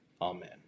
Amen